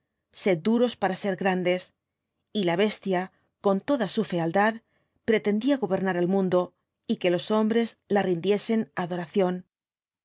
sed duros para ser grandes y la bestia con toda su fealdad pretendía gobernar al mundo y que los hombres la rindiesen adoración